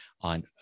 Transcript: on